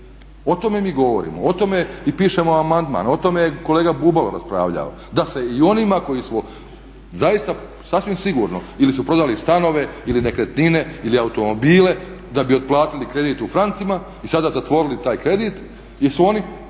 O tome mi govorimo, i pišemo amandman. O tome je kolega Bubalo raspravljao da se i onima koji su zaista sasvim sigurno ili su prodali stanove ili nekretnine ili automobile da bi otplatili kredit u francima i sada zatvorili taj kredit jesu oni